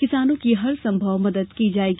किसानों की हर संभव मद्द की जायेगी